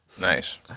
Nice